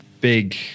big